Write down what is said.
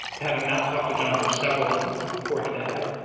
to having not talked to john for several months before he died,